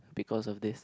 because of this